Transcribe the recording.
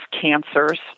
cancers